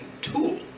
tool